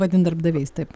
vadint darbdaviais taip